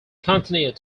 continued